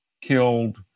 killed